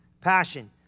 Passion